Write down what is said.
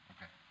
Okay